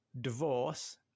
divorce